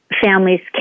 families